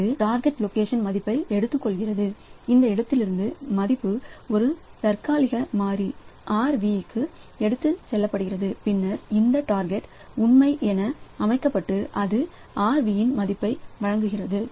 இது target location மதிப்பை எடுத்துக்கொள்கிறது அந்த இடத்திலிருந்து மதிப்பு ஒரு தற்காலிக மாறி rv க்கு எடுத்துச் செல்லப்படுகிறது பின்னர் இந்த டார்கெட் உண்மை என அமைக்கப்பட்டு அது rv இன் மதிப்பை வழங்குகிறது